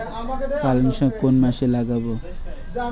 পালংশাক কোন মাসে লাগাব?